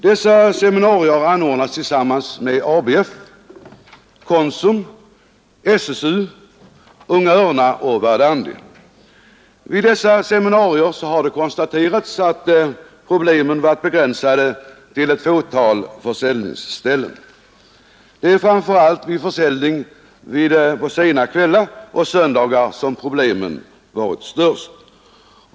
Dessa seminarier har anordnats tillsammans med ABF, Konsum, SSU, Unga örnar och Verdandi. Vid seminarierna har konstaterats att problemen varit begränsade till ett fåtal försäljningsställen. Det är framför allt vid försäljning på sena kvällar och söndagar som problemen varit störst.